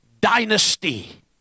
Dynasty